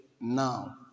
now